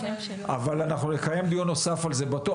אבל אנחנו נקיים דיון נוסף על זה בטוח,